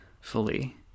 fully